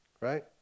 Right